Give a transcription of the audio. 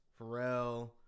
Pharrell